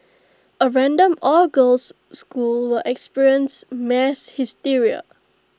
A random all girls school will experience mass hysteria